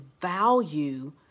value